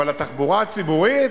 אבל התחבורה הציבורית,